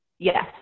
Yes